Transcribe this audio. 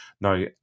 Now